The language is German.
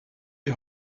die